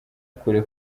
kure